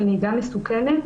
של נהיגה מסוכנת,